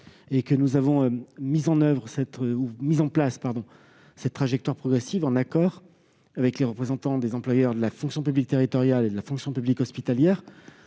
et que nous avons mis en place cette trajectoire progressive en accord avec les représentants des employeurs de la fonction publique territoriale et de la fonction publique hospitalière.